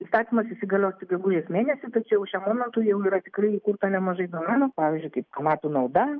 įstatymas įsigalios tik gegužės mėnesį tačiau šiam momentui jau yra tikrai įkurta nemažai domenų pavyzdžiui kaip kanapių nauda